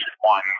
one